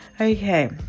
okay